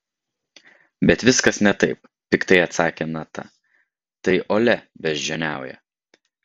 bet viskas ne taip piktai atsakė nata tai olia beždžioniauja